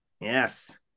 Yes